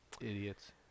Idiots